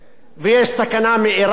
ויש סכנה מאירן,